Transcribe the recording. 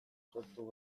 sortu